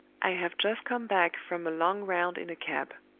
i have just come back from a long round in a cab.